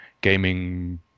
gaming